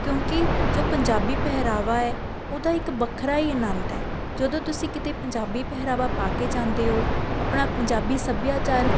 ਕਿਉਂਕਿ ਜੋ ਪੰਜਾਬੀ ਪਹਿਰਾਵਾ ਹੈ ਉਹਦਾ ਇੱਕ ਵੱਖਰਾ ਹੀ ਅਨੰਦ ਹੈ ਜਦੋਂ ਤੁਸੀਂ ਕਿਤੇ ਪੰਜਾਬੀ ਪਹਿਰਾਵਾ ਪਾ ਕੇ ਜਾਂਦੇ ਹੋ ਆਪਣਾ ਪੰਜਾਬੀ ਸੱਭਿਆਚਾਰ